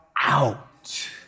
out